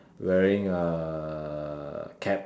wearing uh cap